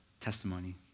testimony